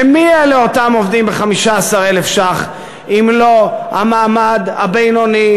ומי אלה אותם עובדים ב-15,000 ש"ח אם לא המעמד הבינוני,